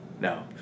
no